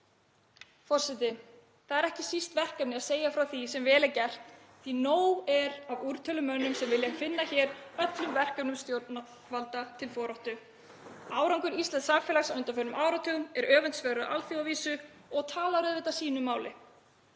Það er ekki síst verkefni að segja frá því sem vel er gert því að nóg er af úrtölumönnum sem vilja finna hér öllum verkefnum stjórnvalda allt til foráttu. Árangur íslensks samfélags á undanförnum áratugum er öfundsverður á alþjóðavísu og talar auðvitað sínu máli.